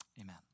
Amen